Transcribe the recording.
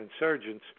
insurgents